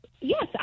Yes